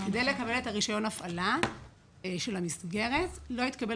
כדי לקבל את רישיון ההפעלה של המסגרת לא יתקבל